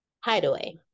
hideaway